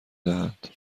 دهند